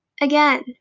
again